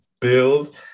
Bills